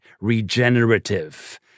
regenerative